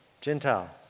Gentile